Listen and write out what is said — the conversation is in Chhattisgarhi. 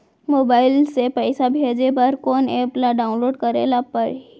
मोबाइल से पइसा भेजे बर कोन एप ल डाऊनलोड करे ला पड़थे?